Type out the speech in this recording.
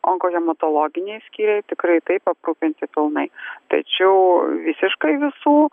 onkohematologiniai skyriai tikrai taip aprūpinti pilnai tačiau visiškai visų